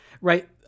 right